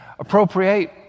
appropriate